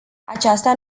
aceasta